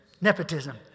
Nepotism